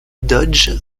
dodge